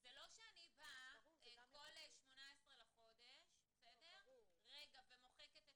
זה לא שאני באה בכל 18 לחודש ומוחקת הכל.